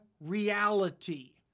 reality